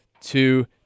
two